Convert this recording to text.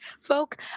folk